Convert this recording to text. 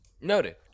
noted